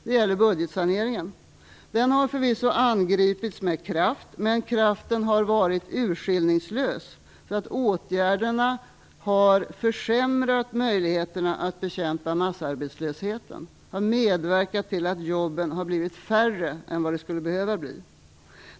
Det gäller budgetsaneringen. Den har förvisso angripits med kraft, men kraften har varit urskillningslös, så att åtgärderna har försämrat möjligheterna att bekämpa massarbetslösheten och har medverkat till att jobben har blivit färre än vad de skulle behöva bli.